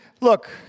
look